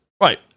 Right